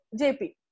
JP